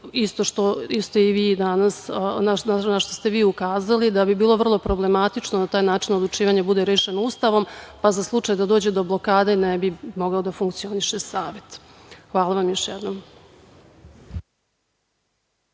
smo isto na šta ste i vi ukazali, da bi bilo vrlo problematično da taj način odlučivanja bude rešen Ustavom, pa za slučaj da dođe do blokade, ne bi mogao da funkcioniše Savet. Hvala.